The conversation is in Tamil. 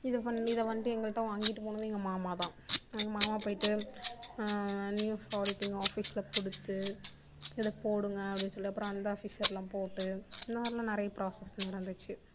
இதை பண்ணி இதை வந்துட்டு எங்கள்ட்ட வாங்கிட்டு போனது எங்கள் மாமா தான் எங்கள் மாமா போய்ட்டு நியூஸ் ஆடிட்டிங் ஆபீஸில் கொடுத்து இதை போடுங்க அப்படி சொல்லி அப்புறம் அந்த ஆபீஸ்சர்லாம் போட்டு இந்த மாதிரிலாம் நிறைய நிறையா பிராசஸ் நடந்துச்சு